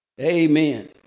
Amen